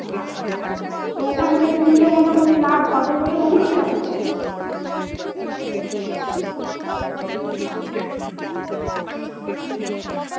আচ্ছা তো ওখান থেকে নিলে মোটামুটি লাভ হবে বলে মনে হয় আপনার